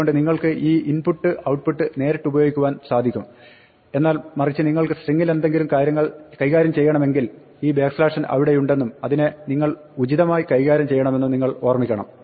അതുകൊണ്ട് നിങ്ങൾക്ക് ഈ ഇൻപുട്ട് ഔട്ടുപട്ട് നേരിട്ടുപയോഗിക്കുവാൻ സാധിക്കും എന്നാൽ മറിച്ച് നിങ്ങൾക്ക് സ്ട്രിങ്ങിലെന്തെങ്കിലം കൈകാര്യം ചെയ്യണമെങ്കിൽ ഈ n അവിടെയുണ്ടെന്നും അതിനെ നിങ്ങൾ ഉചിതമായി കൈകാര്യം ചെയ്യണമെന്നും നിങ്ങൾ ഓർമ്മിക്കണം